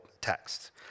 text